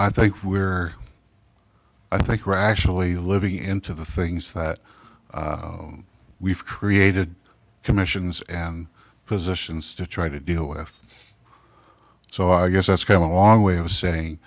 i think we're i think rationally living into the things that we've created commissions and positions to try to deal with so i guess that's come a long way of saying